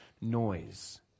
noise